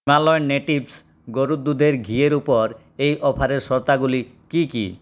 Himalayan natives গরুর দুধের ঘি এর ওপর এই অফারের শর্তাগুলি কি কি